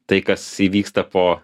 tai kas įvyksta po